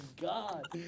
God